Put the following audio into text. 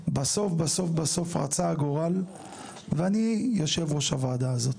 בסוף בסוף רצה הגורל ואני יושב ראש הוועדה הזאת.